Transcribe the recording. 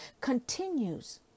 continues